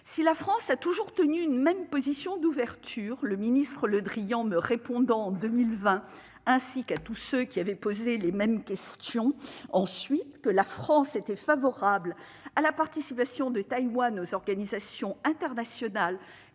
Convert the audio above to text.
Si la France a toujours tenu une même position d'ouverture, le ministre Le Drian me répondant en 2020, ainsi qu'à tous ceux qui avaient posé les mêmes questions par la suite, que la France était favorable à la participation de Taïwan aux organisations internationales